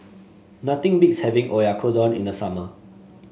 nothing beats having Oyakodon in the summer